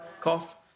cost